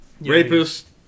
rapist